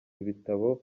ibitabo